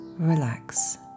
relax